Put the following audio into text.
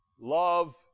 love